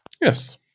Yes